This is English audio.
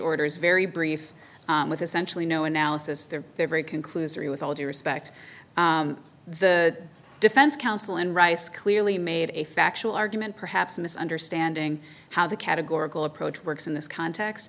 orders very brief with essentially no analysis there they're very conclusory with all due respect the defense counsel and rice clearly made a factual argument perhaps misunderstanding how the categorical approach works in this context